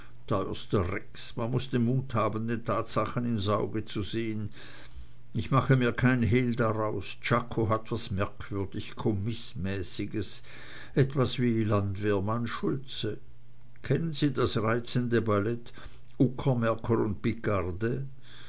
man muß den mut haben den tatsachen ins auge zu sehn ich mache mir kein hehl draus czako hat was merkwürdig kommißmäßiges etwa wie landwehrmann schultze kennen sie das reizende ballett uckermärker und picarde